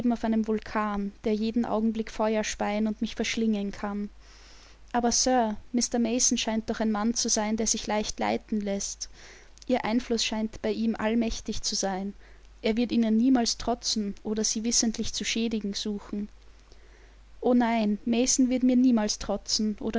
auf einem vulkan der jeden augenblick feuer speien und mich verschlingen kann aber sir mr mason scheint doch ein mann zu sein der sich leicht leiten läßt ihr einfluß scheint bei ihm allmächtig zu sein er wird ihnen niemals trotzen oder sie wissentlich zu schädigen suchen o nein mason wird mir niemals trotzen